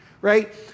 right